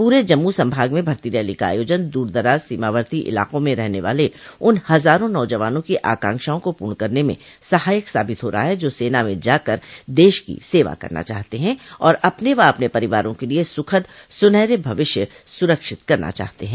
पूरे जम्मू संभाग में भर्ती रैली का आयोजन दूरदराज सीमावर्ती इलाकों में रहने वाले उन हजारों नौजवानों की आकांक्षाओं को पूर्ण करने में सहायक साबित हो रहा है जो सेना में जाकर देश की सेवा करना चाहते हैं और अपने व अपने परिवारों के लिए सुखद सुनहरे भविष्य सुनिश्चित करना चाहते हैं